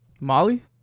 Molly